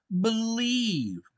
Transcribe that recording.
believe